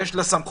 יש לה סמכויות